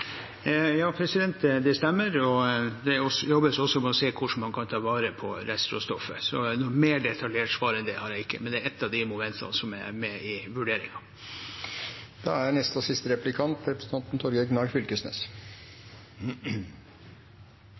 Ja, det stemmer, og det jobbes også med å se på hvordan man kan ta vare på restråstoffet. Noe mer detaljert svar enn det har jeg ikke, men det er ett av momentene som er med i vurderingen. Som forslagsstiller set eg pris på at departementet følgjer opp representantforslag allereie før dei er